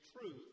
truth